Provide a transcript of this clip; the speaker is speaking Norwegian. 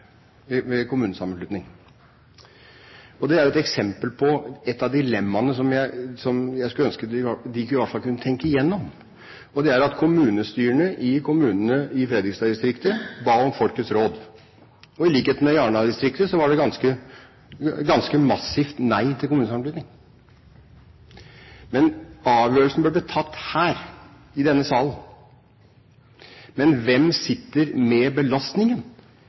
erfaring med folkeavstemning – den er den samme som Ingebjørg Godskesen har – når det gjelder kommunesammenslutning. Det er et eksempel på ett av dilemmaene som jeg skulle ønske man i alle fall kunne tenke gjennom. Kommunestyrene i kommunene i Fredrikstad-distriktet ba om folkets råd. I likhet med i Arendal-distriktet var det et ganske massivt nei til kommunesammenslutning. Avgjørelsen bør bli tatt her i denne salen. Men hvem sitter med belastningen